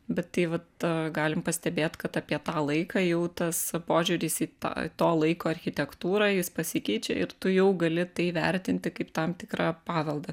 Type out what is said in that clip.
bet tai vat galim pastebėt kad apie tą laiką jau tas požiūris į tą to laiko architektūrą jis pasikeičia ir tu jau gali tai vertinti kaip tam tikrą paveldą